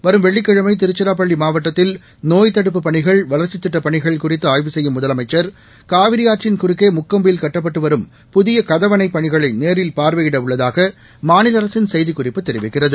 வரும் வெள்ளிக்கிழமை திருச்சிராப்பள்ளி மாவட்டத்தில் நோய் தடுப்புப் பணிகள் வளா்ச்சித்திட்டப் பணிகள் குறித்து ஆய்வு செய்யும் முதலமைச்சா் காவரி ஆற்றின் குறுக்கே முக்கொம்பில் கட்டப்பட்டு வரும் புதிய கதவணைப் பணிகளை நேரில் பார்வையிட உள்ளதாக மாநில அரசின் செய்திக்குறிப்பு தெரிவிக்கிறது